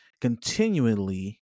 continually